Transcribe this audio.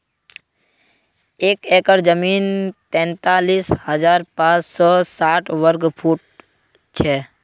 एक एकड़ जमीन तैंतालीस हजार पांच सौ साठ वर्ग फुट हो छे